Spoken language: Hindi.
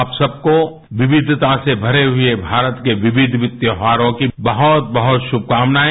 आप सबको विविधता से भरे हुए भारत के विविध विविध त्यौहारों की बहुत बहुत शुभकामनाएं